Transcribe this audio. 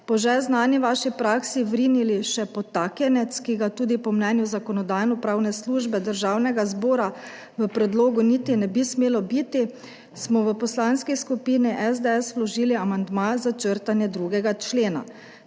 po že znani vaši praksi vrinili še podtaknjenec, ki ga tudi po mnenju Zakonodajno-pravne službe Državnega zbora v predlogu niti ne bi smelo biti, smo v Poslanski skupini SDS vložili amandma za črtanje 2. člena.